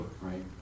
right